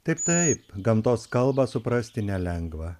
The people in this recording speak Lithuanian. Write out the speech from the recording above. taip taip gamtos kalbą suprasti nelengva